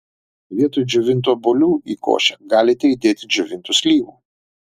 vietoj džiovintų obuolių į košę galite įdėti džiovintų slyvų